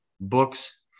books